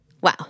Wow